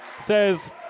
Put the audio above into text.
Says